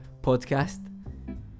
Podcast